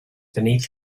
beneath